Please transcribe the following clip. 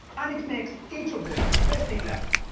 and it makes each of them best in class.